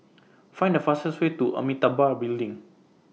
Find The fastest Way to Amitabha Building